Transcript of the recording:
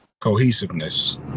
Cohesiveness